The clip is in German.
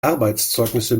arbeitszeugnisse